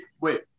wait